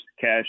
cash